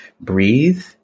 breathe